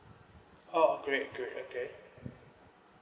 oh great great okay